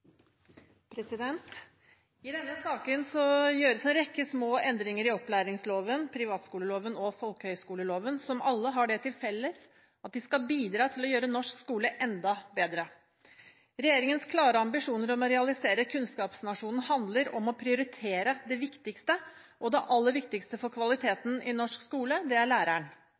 viktigste. I denne saken gjøres en rekke små endringer i opplæringsloven, privatskoleloven og folkehøyskoleloven, som alle har det til felles at de skal bidra til å gjøre norsk skole enda bedre. Regjeringens klare ambisjoner om å realisere kunnskapsnasjonen handler om å prioritere det viktigste. Det aller viktigste for kvaliteten i norsk skole er læreren.